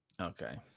Okay